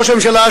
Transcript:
ראש הממשלה,